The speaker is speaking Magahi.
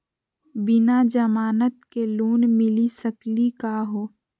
बिना जमानत के लोन मिली सकली का हो?